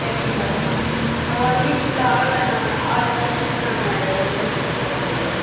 சரிங்க மேடம் நான் one week குள்ள ஆளை நான் ஆளை எல்லாம் போட்டு நான் கொஞ்சம் முடிச்சு கொடுத்துட்றேங்க மேடம்